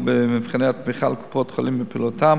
במבחני התמיכה לקופות-החולים בפעילותן